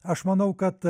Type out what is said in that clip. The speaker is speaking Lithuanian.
aš manau kad